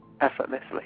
effortlessly